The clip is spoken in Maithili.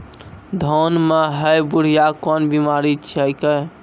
धान म है बुढ़िया कोन बिमारी छेकै?